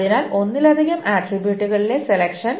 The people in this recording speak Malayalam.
അതിനാൽ ഒന്നിലധികം ആട്രിബ്യൂട്ടുകളിലെ സെലെക്ഷൻ